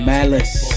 Malice